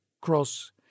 cross